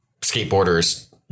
skateboarders